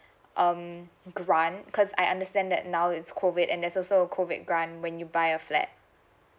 um grant because I understand that now it's COVID and there's also a COVID grant when you buy a flat